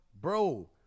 Bro